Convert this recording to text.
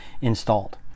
installed